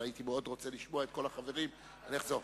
הייתי מאוד רוצה לשמוע את כל החברים ואני אחזור.